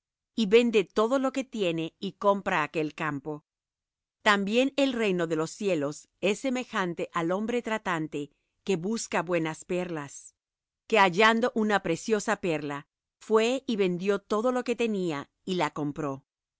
y vende todo lo que tiene y compra aquel campo también el reino de los cielos es semejante al hombre tratante que busca buenas perlas que hallando una preciosa perla fué y vendió todo lo que tenía y la compró